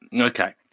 Okay